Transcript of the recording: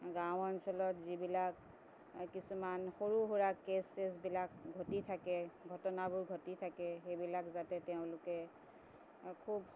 গাঁও অঞ্চলত যিবিলাক কিছুমান সৰু সুৰা কেছ চেছবিলাক ঘটি থাকে ঘটনাবোৰ ঘটি থাকে সেইবিলাক যাতে তেওঁলোকে খুব